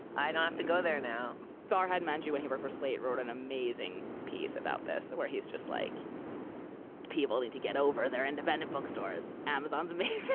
i don't have to go there now farhad manjoo and he wrote for slate, wrote an amazing piece about this where he is just like people need to get over their independent bookstores. amazon's me